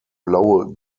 blaue